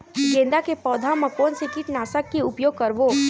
गेंदा के पौधा म कोन से कीटनाशक के उपयोग करबो?